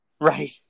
Right